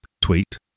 tweet